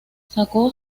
sacó